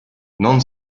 non